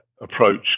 approach